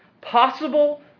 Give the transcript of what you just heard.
possible